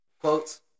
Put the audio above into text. quotes